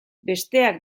besteak